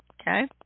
Okay